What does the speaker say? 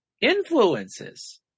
influences